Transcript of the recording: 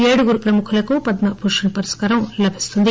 ఏడుగురు ప్రముఖులకు పద్మ విభూషన్ పురష్కారం లభిస్తుంది